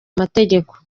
amategeko